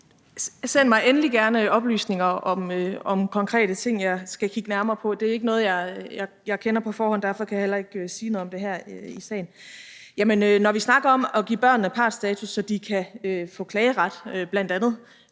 Send mig endelig gerne oplysninger om konkrete ting, jeg skal kigge nærmere på. Det er ikke noget, jeg kender på forhånd, og derfor kan jeg heller ikke sige noget om det her i salen. Men når vi snakker om at give børnene partstatus, så de bl.a. kan få klageret – det